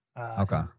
Okay